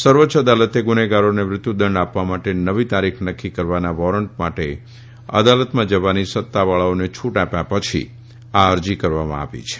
સર્વોચ્ય અદાલતે ગુન્હેગારોને મૃત્યુ દંડ આપવા માટે નવી તારીખ નકકી કરવાના વોરંટ માટે અદાલતમાં જવાની સત્તાવાળાઓને છુટ આપ્યા પછી આ અરજી કરવામાં આવી છે